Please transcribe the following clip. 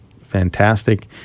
Fantastic